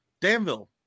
Danville